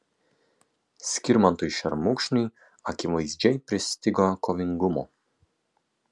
skirmantui šermukšniui akivaizdžiai pristigo kovingumo